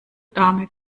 dame